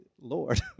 Lord